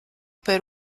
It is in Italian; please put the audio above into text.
per